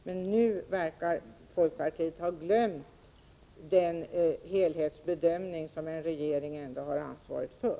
Men nu verkar folkpartiet ha glömt den helhetsbedömning som en regering ändå har ansvaret för.